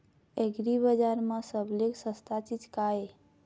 एग्रीबजार म सबले सस्ता चीज का ये?